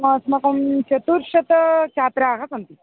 अस्माकं चतुश्शतं छात्राः सन्ति